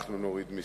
אנחנו נוריד מסים,